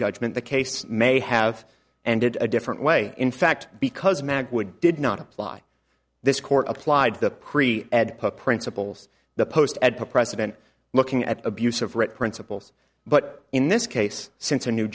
judgment the case may have ended a different way in fact because mag would did not apply this court applied the pre ed principles the post at the president looking at abuse of right principles but in this case since a new